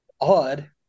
odd